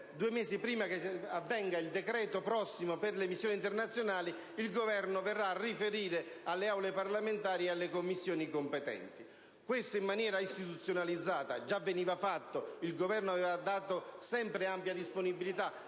due mesi prima del decreto per le missioni internazionali, il Governo verrà a riferire alle Aule parlamentari e alle Commissioni competenti. Questo, in maniera istituzionalizzata già avveniva, tanto che il Governo aveva sempre assicurato ampia disponibilità